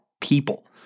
people